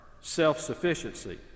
self-sufficiency